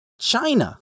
china